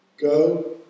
go